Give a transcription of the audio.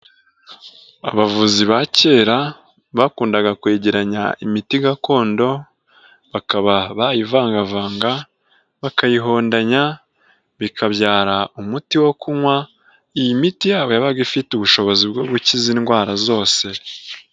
Abavuzi ba kera bakundaga kwegeranya imiti gakondo bakaba bayivangavanga bakayihondanya bikabyara umuti wo kunywa, iyi miti yabo yabaga ifite ubushobozi bwo gukiza indwara zose.